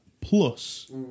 plus